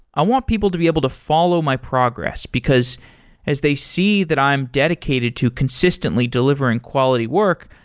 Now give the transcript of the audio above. i want people to be able to follow my progress, because as they see that i'm dedicated to consistently delivering quality work,